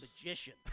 magician